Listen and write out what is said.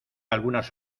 algunas